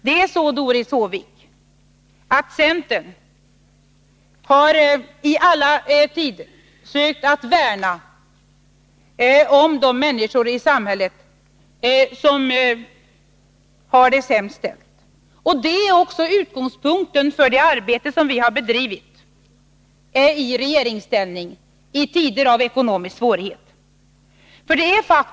Centern har, Doris Håvik, i alla tider försökt att värna om de människor i samhället som har det sämst ställt. Det är också utgångspunkten för det arbete som vi har bedrivit i regeringsställning i tider av ekonomiska svårigheter.